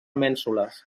mènsules